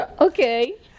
Okay